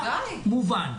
זה מובן.